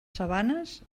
sabanes